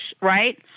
right